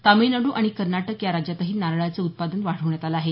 तामिळनाडू आणि कर्नाटक या राज्यातही नारळाचं उत्पादन वाढवण्यात आलं आहे